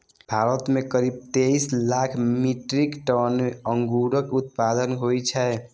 भारत मे करीब तेइस लाख मीट्रिक टन अंगूरक उत्पादन होइ छै